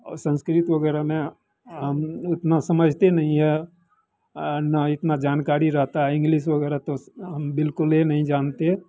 और संस्कृत वगैरह में अम उतना समझते नहीं है न इतना जानकारी रहता है इंग्लिस वगैरह तो हम बिल्कुले नहीं जानते